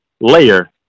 layer